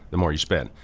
the more you spend.